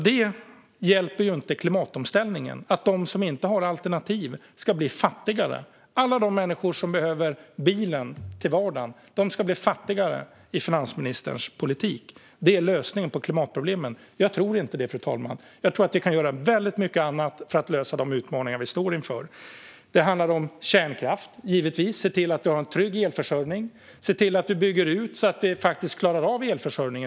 Det hjälper inte klimatomställningen att de som inte har alternativ ska bli fattigare. Alla de människor som behöver bilen till vardags ska bli fattigare med finansministerns politik. Det är tydligen lösningen på klimatproblemen enligt henne. Jag tror inte det, fru talman. Jag tror att vi kan göra väldigt mycket annat för att lösa de utmaningar vi står inför. Det handlar givetvis om kärnkraft och om att se till att vi har en trygg elförsörjning. Vi måste se till att vi bygger ut, så att vi klarar av elförsörjningen.